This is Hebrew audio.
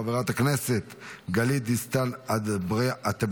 חברת הכנסת גלית דיסטל אטבריאן,